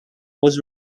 was